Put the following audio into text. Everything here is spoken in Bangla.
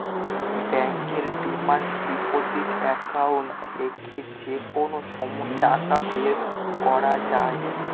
ব্যাঙ্কের ডিমান্ড ডিপোজিট একাউন্ট থেকে যে কোনো সময় টাকা বের করা যায়